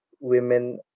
women